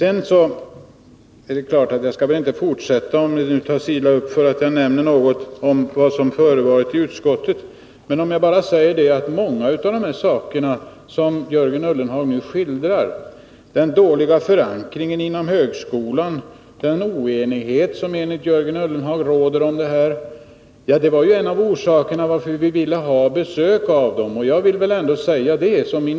Jag skall självfallet inte fortsätta med att — om det nu tas illa upp — tala om vad som förevarit i utskottet. Men låt mig säga att många av de saker som Jörgen Ullenhag nu skildrar, den dåliga förankringen inom högskolan och den oenighet som enligt Jörgen Ullenhag råder om denna utbildning, ju var en av orsakerna till att vi ville ha besök av utskottet.